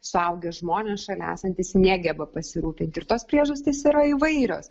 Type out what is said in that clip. suaugę žmonės šalia esantys negeba pasirūpinti ir tos priežastys yra įvairios